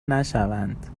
نشوند